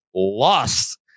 lost